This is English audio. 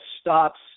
stops